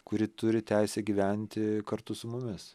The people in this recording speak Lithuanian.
kuri turi teisę gyventi kartu su mumis